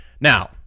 Now